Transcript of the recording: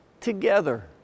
together